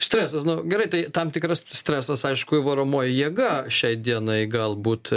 stresas nu gerai tai tam tikras stresas aišku varomoji jėga šiai dienai galbūt